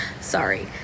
sorry